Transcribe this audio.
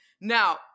now